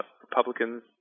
Republicans